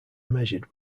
measured